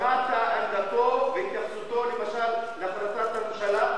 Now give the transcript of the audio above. שמעת עמדתו והתייחסותו, למשל, להחלטת הממשלה?